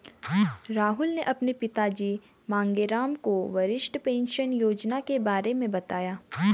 राहुल ने अपने पिताजी मांगेराम को वरिष्ठ पेंशन योजना के बारे में बताया